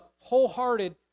wholehearted